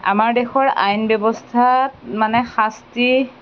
আমাৰ দেশৰ আইন ব্যৱস্থাত মানে শাস্তিৰ